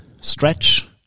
stretch